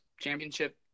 Championship